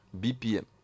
BPM